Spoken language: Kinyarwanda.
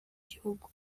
gihugu